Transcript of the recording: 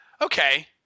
Okay